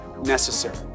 necessary